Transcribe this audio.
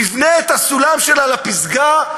תבנה את הסולם שלה לפסגה.